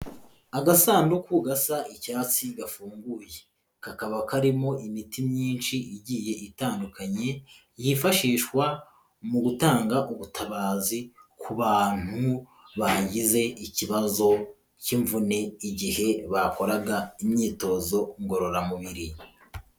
Agasanduku gasa icyatsi gafunguye, kakaba karimo imiti myinshi igiye itandukanye yifashishwa mu gutanga ubutabazi ku bantu bagize ikibazo cy'imvune igihe bakoraga imyitozo ngororamubiri.